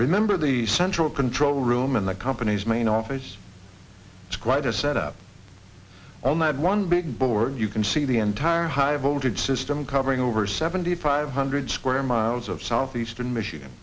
remember the central control room in the company's main office it's quite a set up on that one big board you can see the entire high voltage system covering over seventy five hundred square miles of southeastern michigan